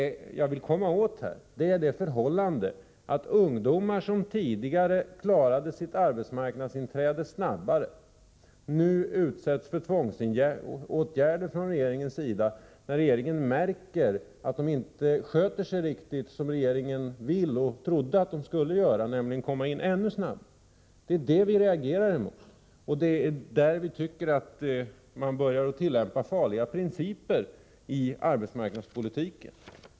Vad jag vill komma åt är det förhållandet att ungdomar som tidigare klarade sin arbetsmarknadsintroduktion snabbare, nu utsätts för tvångsåtgärder från regeringens sida när regeringen märker att ungdomarna inte sköter sig riktigt så som regeringen vill och trodde att de skulle göra. Man ville ju att ungdomarna skulle komma in på arbetsmarknaden ännu snabbare. Det är detta vi reagerar emot, och vi tycker att regeringen börjar tillämpa farliga principer i arbetsmarknadspolitiken.